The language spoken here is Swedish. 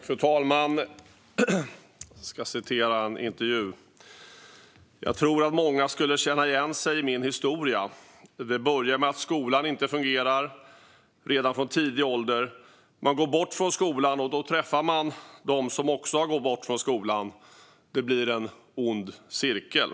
Fru talman! Jag ska citera från en intervju: Jag tror att många skulle känna igen sig i min historia. Det börjar med att skolan inte fungerar, redan från tidig ålder. Man går bort från skolan, och då träffar man dem som också har gått bort från skolan. Det blir en ond cirkel.